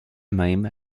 même